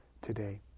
today